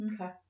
Okay